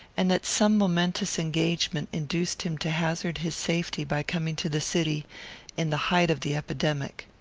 and that some momentous engagement induced him to hazard his safety by coming to the city in the height of the epidemic.